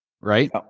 right